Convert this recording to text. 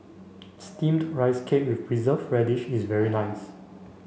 steamed rice cake with preserved radish is very nice